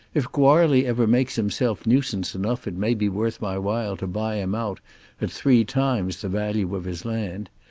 if goarly ever makes himself nuisance enough it may be worth my while to buy him out at three times the value of his land.